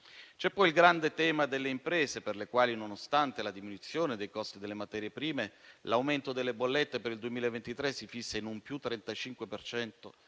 C'è poi il grande tema delle imprese, per le quali, nonostante la diminuzione dei costi delle materie prime, l'aumento delle bollette per il 2023 si fissa in un +35